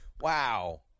Wow